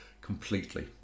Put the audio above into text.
completely